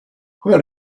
where